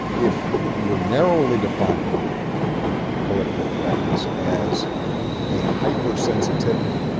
if you're narrowly defining political correctness as a hypersensitivity